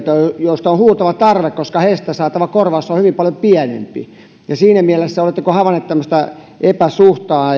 alan henkilöitä joille on huutava tarve koska heistä saatava korvaus on hyvin paljon pienempi ja siinä mielessä oletteko havainneet tämmöistä epäsuhtaa